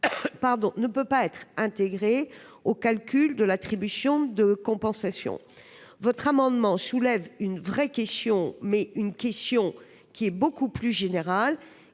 ne peut pas être intégrée au calcul de l'attribution de compensation. Votre amendement soulève une vraie question, mais qui est beaucoup plus générale